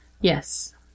Yes